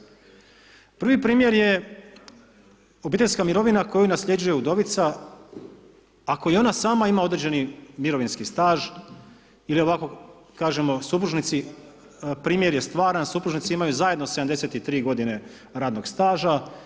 Prvi primjer je obiteljska mirovina koju nasljeđuje udovica, ako i ona sama ima određeni mirovinski staž ili ovako kažemo supružnici, primjer je stvaran, supružnici imaju zajedno 73 godine radnog staža.